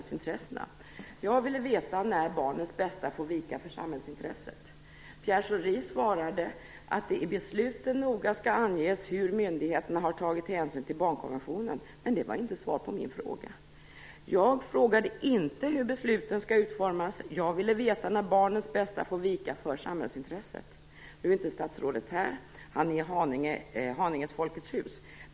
Jag ville veta när barnens bästa får vika för samhällsintresset. Pierre Schori svarade att det i besluten noga skall anges hur myndigheterna har tagit hänsyn till barnkonventionen, men det var inte svar på min fråga. Jag frågade inte hur besluten skall utformas. Jag ville veta när barnens bästa får vika för samhällsintresset. Nu är inte statsrådet här, utan han är i Haninge Folkets Hus.